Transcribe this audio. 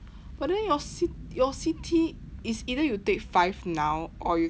but then your C_T your C_T it's either you take five now or you